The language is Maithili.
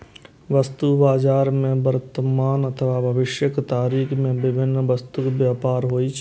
वस्तु बाजार मे वर्तमान अथवा भविष्यक तारीख मे विभिन्न वस्तुक व्यापार होइ छै